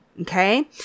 okay